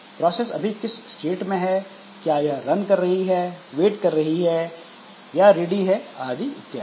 process अभी किस state में है क्या यह रन कर रही है वेट कर रही है या रेडी है आदि इत्यादि